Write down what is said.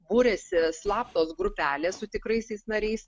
kūrėsi slaptos grupelės su tikraisiais nariais